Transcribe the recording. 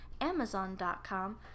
Amazon.com